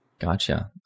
Gotcha